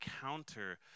counter